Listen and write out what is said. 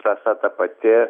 trasa ta pati